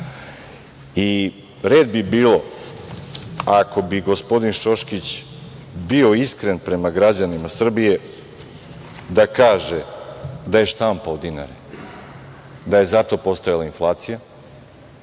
Red bi bio ako bi gospodin Šoškić bio iskren prema građanima Srbije da kaže da je štampao dinare, da je zato postojala inflacija,